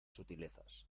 sutilezas